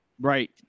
right